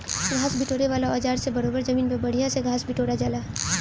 घास बिटोरे वाला औज़ार से बरोबर जमीन पर बढ़िया से घास बिटोरा जाला